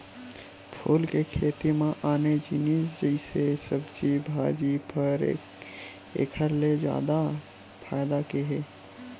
फूल के खेती म आने जिनिस जइसे सब्जी भाजी, फर एखर ले जादा फायदा के हे